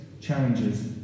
challenges